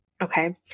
Okay